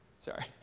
Sorry